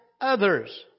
others